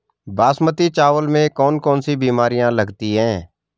बासमती चावल में कौन कौन सी बीमारियां लगती हैं?